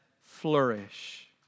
flourish